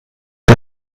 der